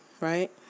right